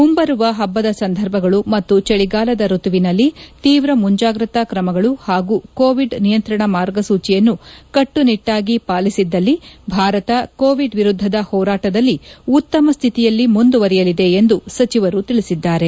ಮುಂಬರುವ ಹಬ್ಬದ ಸಂದರ್ಭಗಳು ಮತ್ತು ಚಳಿಗಾಲದ ಋತುವಿನಲ್ಲಿ ತೀವ್ರ ಮುಂಜಾಗ್ರತಾ ಕ್ರಮಗಳು ಹಾಗೂ ಕೋವಿಡ್ ನಿಯಂತ್ರಣ ಮಾರ್ಗಸೂಚಿಯನ್ನು ಕಟ್ಟುನಿಟ್ಟಾಗಿ ಪಾಲಿಸಿದ್ದಲ್ಲಿ ಭಾರತ ಕೋವಿಡ್ ವಿರುದ್ದದ ಹೋರಾಟದಲ್ಲಿ ಉತ್ತಮ ಸ್ಥಿತಿಯಲ್ಲಿ ಮುಂದುವರೆಯಲಿದೆ ಎಂದು ಸಚಿವರು ತಿಳಿಸಿದ್ಗಾರೆ